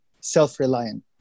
self-reliant